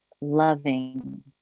loving